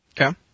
Okay